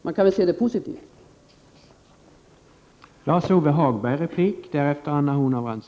Man kan väl se positivt på vårt förslag.